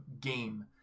game